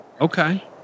okay